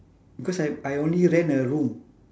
because I I only rent a room